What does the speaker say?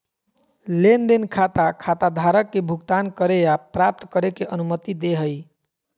लेन देन खाता खाताधारक के भुगतान करे या प्राप्त करे के अनुमति दे हइ